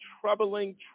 troubling